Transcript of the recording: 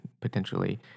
potentially